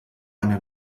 eine